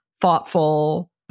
thoughtful